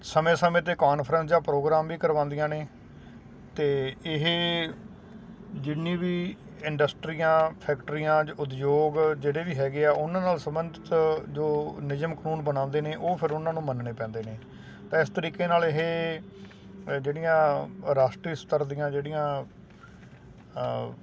ਸਮੇਂ ਸਮੇਂ 'ਤੇ ਕੋਨਫਰੈਂਸ ਜਾਂ ਪ੍ਰੋਗਰਾਮ ਵੀ ਕਰਵਾਉਂਦੀਆਂ ਨੇ ਅਤੇ ਇਹ ਜਿੰਨੀ ਵੀ ਇੰਡਸਟਰੀਆਂ ਫੈਕਟਰੀਆਂ ਉਦਯੋਗ ਜਿਹੜੇ ਵੀ ਹੈਗੇ ਹੈ ਉਨ੍ਹਾਂ ਨਾਲ ਸਬੰਧ 'ਚ ਜੋ ਨਿਯਮ ਕਾਨੂੰਨ ਬਣਾਉਂਦੇ ਨੇ ਉਹ ਫਿਰ ਉਨ੍ਹਾਂ ਨੂੰ ਮੰਨਣੇ ਪੈਂਦੇ ਨੇ ਤਾਂ ਇਸ ਤਰੀਕੇ ਨਾਲ ਇਹ ਜਿਹੜੀਆਂ ਰਾਸ਼ਟਰੀ ਸਤਰ ਦੀਆਂ ਜਿਹੜੀਆਂ